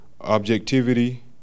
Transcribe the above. objectivity